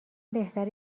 بهتره